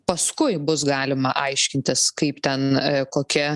paskui bus galima aiškintis kaip ten kokia